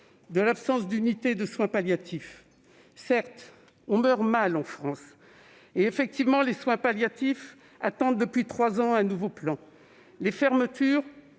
de l'absence d'unités de soins palliatifs. Certes, on meurt mal en France. Et, effectivement, les soins palliatifs attendent depuis trois ans un nouveau plan. Les fermetures,